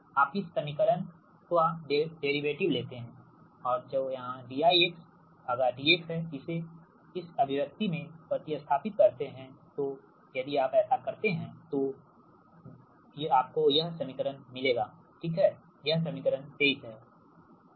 आप इस समीकरण d2Vdx2 z dIdx का डेरिवेटिव लेते हैं और जो यहां dId है इसेइस अभिव्यक्ति में प्रति स्थापित करते हैंतू यदि आप ऐसा करते हैं तो आप छोटी z छोटी y गुना V प्राप्त करोगेइसका मतलब है कि d2Vdx2 small zsmallyVx0 यह समीकरण 23 है ठीक